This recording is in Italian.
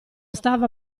stava